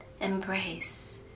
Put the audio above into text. Embrace